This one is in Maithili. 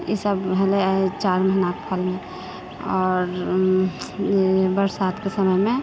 ई सभ भेलै चार महिनाके फल आओर बरसातके समयमे